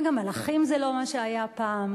וגם מלאכים זה לא מה שהיה פעם,